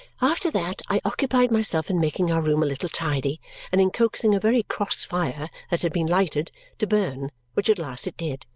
after that i occupied myself in making our room a little tidy and in coaxing a very cross fire that had been lighted to burn, which at last it did,